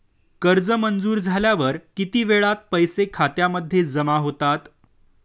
कर्ज मंजूर झाल्यावर किती वेळात पैसे खात्यामध्ये जमा होतात?